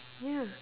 ya